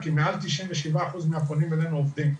מעל 97% מהפונים אלינו עובדים,